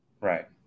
right